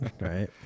Right